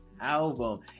album